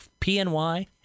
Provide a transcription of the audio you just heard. PNY